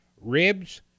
ribs